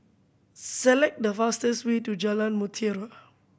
select the fastest way to Jalan Mutiara